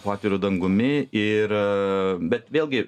po atviru dangumi ir bet vėlgi